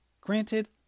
Granted